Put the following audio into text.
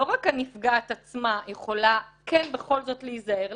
אבל בהצעה הזאת הנפגעת יכולה לפחות להיזהר.